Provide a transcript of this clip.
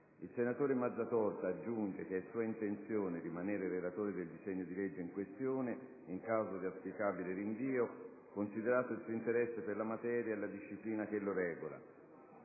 Il senatore Mazzatorta aggiunge che è sua intenzione rimanere relatore del disegno di legge in questione, in caso di auspicabile rinvio, considerato il suo interesse per la materia e la disciplina che lo regola.